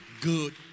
good